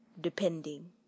depending